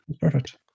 perfect